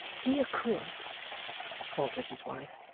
dear quilp faltered his wife.